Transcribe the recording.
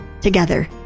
together